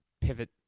pivot